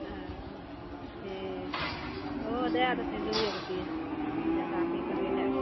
ठीक ओ दए देथिन दुइए गो पीस जादा की करबै लै कऽ